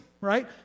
right